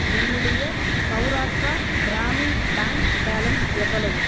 என்னுடைய Saurashtra Gramin bank balance எவ்வளவு